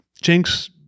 Jinx